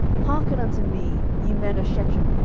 hearken unto me, ye men of shechem,